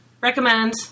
recommend